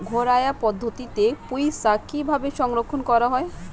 ঘরোয়া পদ্ধতিতে পুই শাক কিভাবে সংরক্ষণ করা হয়?